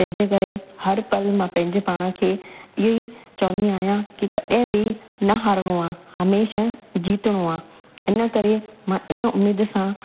तंहिंजे करे हर पल मां पंहिंजे पाण खे इहो ई चवंदी आहियां की कॾहिं बि न हारणो आहे हमेशह जीतणो आहे इन करे मां इन उमेद सां